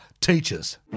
teachers